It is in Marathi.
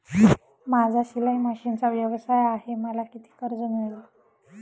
माझा शिलाई मशिनचा व्यवसाय आहे मला किती कर्ज मिळेल?